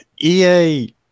EA